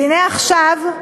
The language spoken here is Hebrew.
והנה עכשיו,